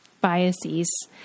biases